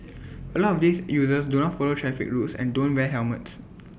A lot of these users do not follow traffic rules and don't wear helmets